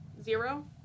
Zero